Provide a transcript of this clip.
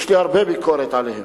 יש לי הרבה ביקורת עליהם,